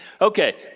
Okay